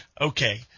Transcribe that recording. Okay